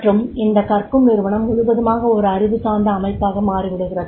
மற்றும் இந்த கற்கும் நிறுவனம் முழுவதுமாக ஒரு அறிவு சார்ந்த அமைப்பாக மாறிவிடுகிறது